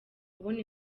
kubona